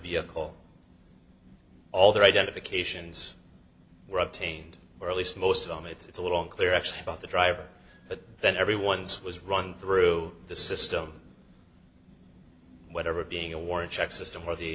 vehicle all the identifications were obtained or at least most of them it's a little unclear actually about the driver but then everyone's was run through the system whatever being a warrant check system for the